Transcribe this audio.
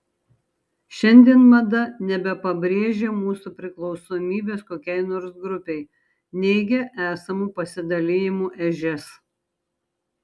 šiandien mada nebepabrėžia mūsų priklausomybės kokiai nors grupei neigia esamų pasidalijimų ežias